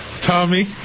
Tommy